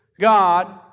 God